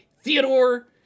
Theodore